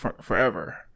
forever